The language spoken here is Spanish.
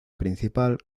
principal